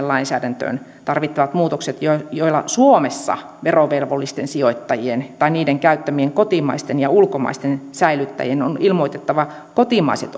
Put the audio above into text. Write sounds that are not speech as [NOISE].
[UNINTELLIGIBLE] lainsäädäntöön tarvittavat muutokset joilla suomessa verovelvollisten sijoittajien tai niiden käyttämien kotimaisten ja ulkomaisten säilyttäjien on ilmoitettava kotimaiset [UNINTELLIGIBLE]